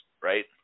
Right